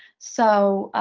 so